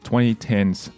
2010s